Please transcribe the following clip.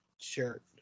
shirt